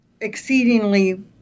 exceedingly